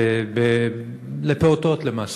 לפעוטות למעשה.